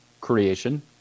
creation